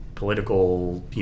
political